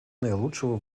наилучшего